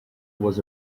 was